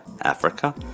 Africa